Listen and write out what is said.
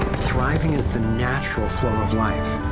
thriving is the natural flow of life